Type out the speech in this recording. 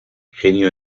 genio